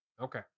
Okay